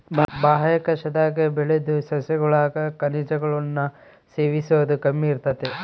ಬಾಹ್ಯಾಕಾಶದಾಗ ಬೆಳುದ್ ಸಸ್ಯಗುಳಾಗ ಖನಿಜಗುಳ್ನ ಸೇವಿಸೋದು ಕಮ್ಮಿ ಇರ್ತತೆ